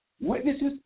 witnesses